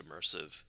immersive